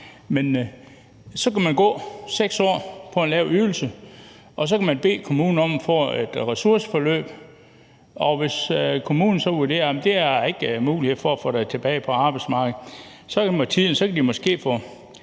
– så kan I gå 6 år på en lav ydelse, og så kan I bede kommunen om at få et ressourceforløb. Og hvis kommunen så vurderer, at der ikke er mulighed for at få vedkommende tilbage på arbejdsmarkedet, kan vedkommende